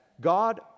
God